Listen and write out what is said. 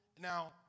Now